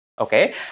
okay